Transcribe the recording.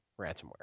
ransomware